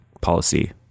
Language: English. policy